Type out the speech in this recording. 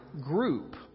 group